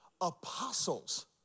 Apostles